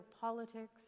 politics